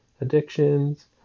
addictions